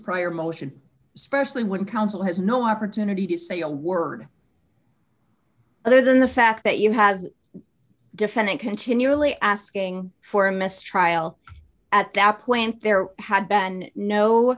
prior motion especially when counsel has no opportunity to say a word other than the fact that you have defended continually asking for a mistrial at that point there had been no